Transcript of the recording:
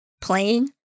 playing